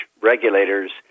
regulators